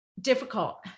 difficult